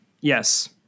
Yes